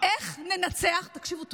איך ננצח, תקשיבו טוב,